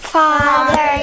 father